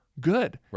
Good